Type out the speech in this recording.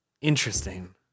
Interesting